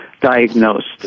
diagnosed